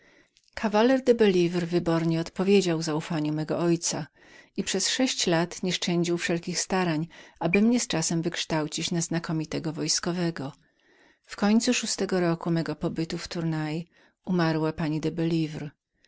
kawaler de belivre wybornie odpowiedział zaufaniu mego ojca i przez sześć lat nieszczędził wszelkich starań aby mnie z czasem wykształcić na znakomitego wojskowego w końcu szóstego roku mego pobytu pani